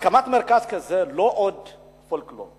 שמרכז כזה זה לא עוד פולקלור,